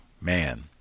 man